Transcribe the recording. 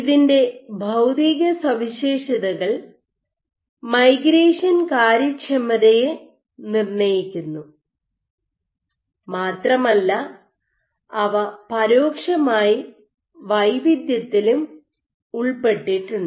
ഇതിൻ്റെ ഭൌതിക സവിശേഷതകൾ മൈഗ്രേഷൻ കാര്യക്ഷമതയെ നിർണ്ണയിക്കുന്നു മാത്രമല്ല അവ പരോക്ഷമായി വൈവിധ്യത്തിലും ഉൾപ്പെട്ടിട്ടുണ്ട്